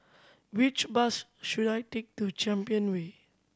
which bus should I take to Champion Way